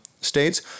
states